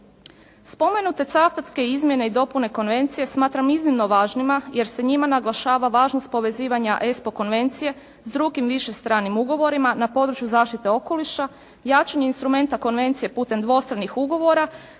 Spomenute cavtatske izmjene i dopune konvencije smatram iznimno važnima jer se njima naglašava važnost povezivanja Espo konvencije s drugim više stranim ugovorima na području zaštite okoliša, jačanje instrumenta konvencije putem dvostranih ugovora